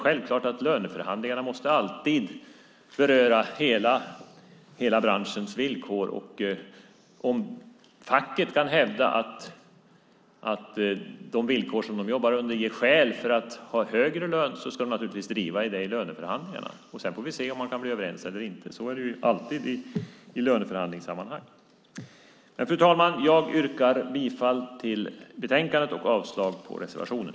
Självklart måste löneförhandlingar alltid beröra hela branschens villkor. Kan facket hävda att arbetsvillkoren ger skäl för högre lön ska de givetvis driva det i löneförhandlingarna. Sedan får man se om parterna kommer överens eller inte. Så är det alltid i löneförhandlingssammanhang. Fru talman! Jag yrkar bifall till förslaget i betänkandet och avslag på reservationen.